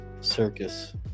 circus